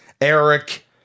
Eric